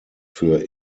für